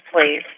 please